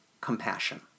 compassion